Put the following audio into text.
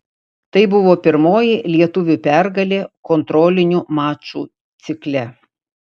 tai buvo pirmoji lietuvių pergalė kontrolinių mačų cikle